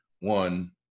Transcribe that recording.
one